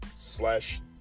slash